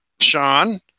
Sean